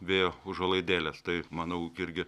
vėjo užuolaidėlės tai manau irgi